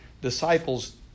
disciples